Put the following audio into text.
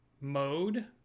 mode